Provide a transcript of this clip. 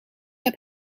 heb